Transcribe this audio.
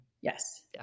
Yes